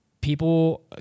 people